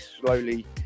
slowly